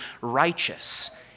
righteous